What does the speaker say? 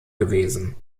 gewesen